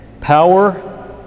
Power